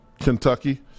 Kentucky